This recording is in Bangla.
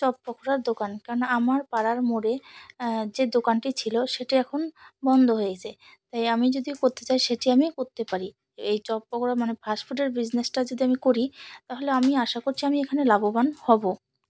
চপ পকোড়ার দোকান কেন না আমার পাড়ার মোড়ে আহ যে দোকানটি ছিল সেটি এখন বন্ধ হয়েছে তাই আমি যদি করতে চাই সেটি আমি করতে পারি এই চপ পকোড়া মানে ফাস্ট ফুডের বিজনেসটা যদি আমি করি তাহলে আমি আশা করছি আমি এখানে লাভবান হবো